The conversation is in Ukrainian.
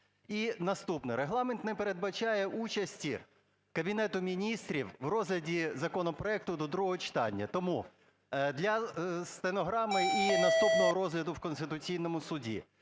І наступне. Регламент не передбачає участі Кабінету Міністрів у розгляді законопроекту до другого читання. Тому для стенограми і наступного розгляду в Конституційному Суді.